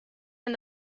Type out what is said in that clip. and